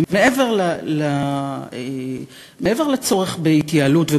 ומעבר לצורך בהתייעלות,